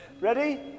Ready